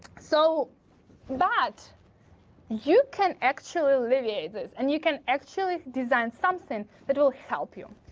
so but you can actually alleviate this, and you can actually design something that will help you.